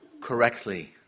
correctly